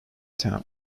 town